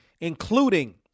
including